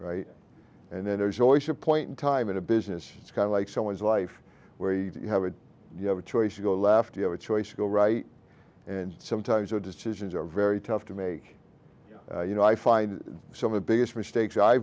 right and then there's always a point in time in a business it's kind of like someone's life where you have a you have a choice you go left you have a choice you go right and sometimes your decisions are very tough to make you know i find some of biggest mistakes i